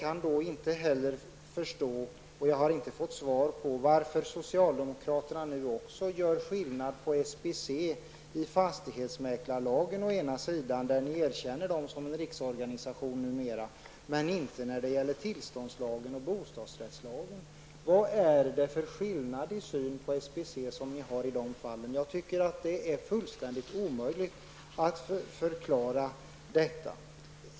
Jag kan inte heller förstå, och jag har inte fått något svar på min fråga, varför socialdemokraterna å ena sidan i fastighetsmäklarlagen numera erkänner SBC som riksorganisation och å andra sidan inte erkänner den som sådan i tillståndslagen och bostadsrättslagen. Varför gör ni i dessa fall för skillnad i er syn på SBC? Det är fullständigt omöjligt att förklara detta.